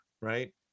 right